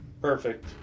Perfect